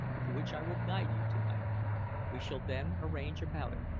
to which i will guide you to-night. we shall then arrange about it.